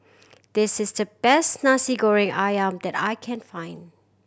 this is the best Nasi Goreng Ayam that I can find